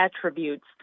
attributes